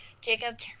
Jacob